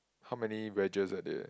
how many wedges at it